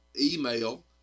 email